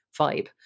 vibe